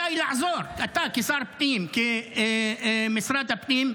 מהמצוקה, אולי לעזור, אתה כשר פנים, כמשרד הפנים.